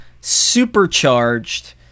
Supercharged